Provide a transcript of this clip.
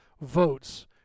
votes